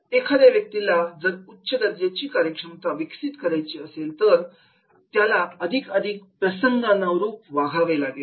एखाद्या व्यक्तीला जर उच्च दर्जाची कार्यक्षमता विकसित करायची असेल तर त्याला अधिकाधिक प्रसंगानुरूप वागावं लागेल